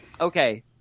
Okay